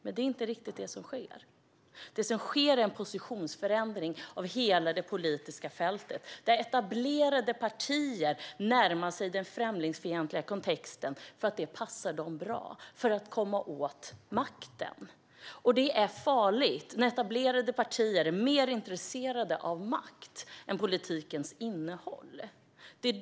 Men det är inte riktigt det som sker. Det som sker är en positionsförändring av hela det politiska fältet, där etablerade partier närmar sig den främlingsfientliga kontexten för att det passar dem bra för att komma åt makten. Det är farligt när etablerade partier är mer intresserade av makt än av politikens innehåll.